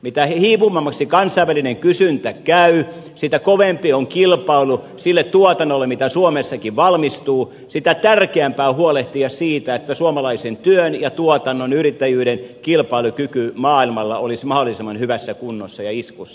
mitä hiipuvammaksi kansainvälinen kysyntä käy sitä kovempi on kilpailu sille tuotannolle mitä suomessakin valmistuu sitä tärkeämpää on huolehtia siitä että suomalaisen työn ja tuotannon yrittäjyyden kilpailukyky maailmalla olisi mahdollisimman hyvässä kunnossa ja iskussa